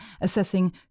assessing